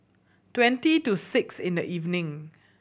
twenty to six in the evening